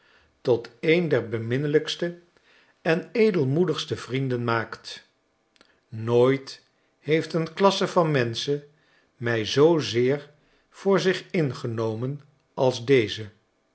tot een der beminnelijkste en edelmoedigste vrienden maakt nooit heeft een klasse van menschen mij zoozeer voor zich ingenomen als deze